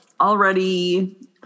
already